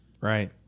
Right